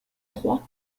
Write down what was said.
trois